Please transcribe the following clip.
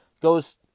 goes